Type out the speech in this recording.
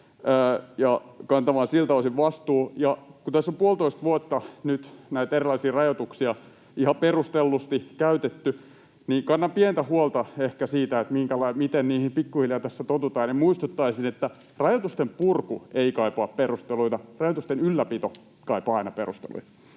ja kantamaan siltä osin vastuun. Ja kun tässä on nyt puolitoista vuotta näitä erilaisia rajoituksia ihan perustellusti käytetty, niin kannan pientä huolta ehkä siitä, että miten niihin pikkuhiljaa tässä totutaan, ja muistuttaisin, että rajoitusten purku ei kaipaa perusteluita. Rajoitusten ylläpito kaipaa aina perusteluja.